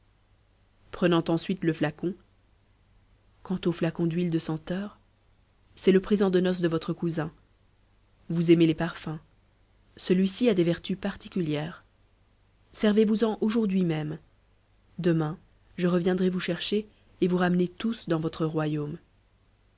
prenant ensuite le flacon quant au flacon d'huile de senteur c'est le présent de noces de votre cousin vous aimez les parfums celui-ci a des vertus particulières servez vous en aujourd'hui même demain je reviendrai vous chercher et vous ramener tous dans votre royaume